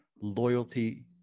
loyalty